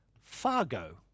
Fargo